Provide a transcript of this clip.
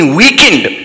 weakened